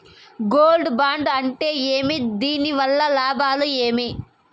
Gold bond అంటే ఏమి? దీని వల్ల లాభాలు ఏమి?